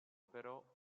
però